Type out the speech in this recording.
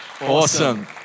Awesome